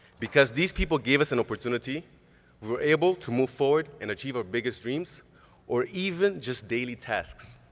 because these people gave us an opportunity, we were able to move forward and achieve our biggest dreams or even just daily tasks.